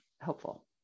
helpful